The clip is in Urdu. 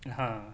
ہاں